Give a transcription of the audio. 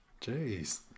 Jeez